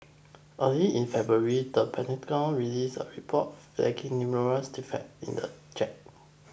early in February the Pentagon released a report flagging numerous deficiencies in the jet